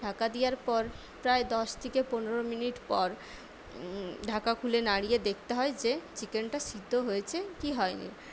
ঢাকা দেওয়ার পর প্রায় দশ থেকে পনেরো মিনিট পর ঢাকা খুলে নাড়িয়ে দেখতে হয় যে চিকেনটা সিদ্ধ হয়েছে কি হয় নি